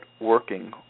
working